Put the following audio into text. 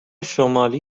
شمالی